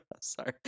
Sorry